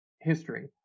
history